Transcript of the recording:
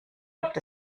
gibt